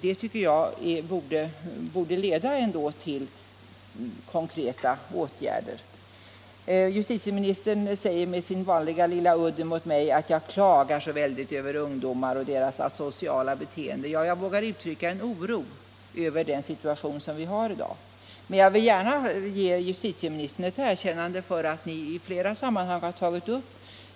Det tycker jag ändå borde leda till konkreta åtgärder. Justitieministern säger med sin vanliga udd mot mig att jag klagar så väldigt över ungdomarna och deras asociala beteende. Ja, jag vågar uttrycka en oro över dagens situation. Men jag vill ge justitieministern ett erkännande för att ni i flera sammanhang har tagit upp